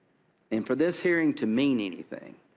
and for this hearing to mean anything,